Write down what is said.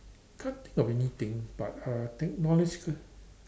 can't think of anything but uh technological